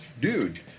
dude